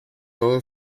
todo